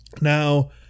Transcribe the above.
Now